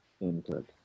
input